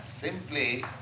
Simply